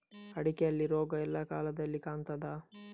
ಅಡಿಕೆಯಲ್ಲಿ ರೋಗ ಎಲ್ಲಾ ಕಾಲದಲ್ಲಿ ಕಾಣ್ತದ?